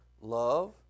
Love